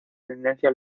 tendencia